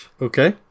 Okay